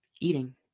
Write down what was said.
eating